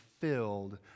filled